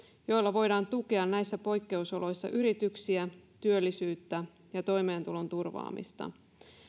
joilla voidaan tukea näissä poikkeusoloissa yrityksiä työllisyyttä ja toimeentulon turvaamista